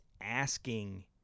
asking